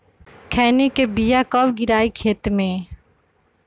खैनी के बिया कब गिराइये खेत मे?